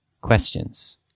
questions